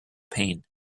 pain